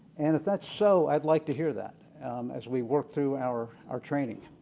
and if that's so, i'd like to hear that as we work through our our training.